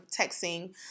texting